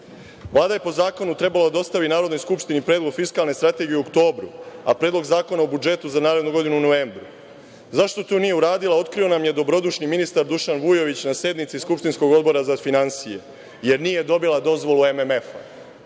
je po zakonu trebalo da dostavi Narodnoj skupštini predlog fiskalne strategije u oktobru, a predlog Zakona o budžetu za narednu godinu u novembru. Zašto to nije uradila, otkrio nam je dobrodušni ministar Dušan Vujović na sednici skupštinskog Odbora za finansije, jer nije dobila dozvolu MMF.